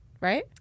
right